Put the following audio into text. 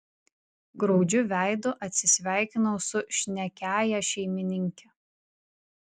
graudžiu veidu atsisveikinau su šnekiąja šeimininke